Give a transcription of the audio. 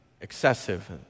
excessive